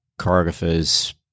choreographers